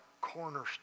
cornerstone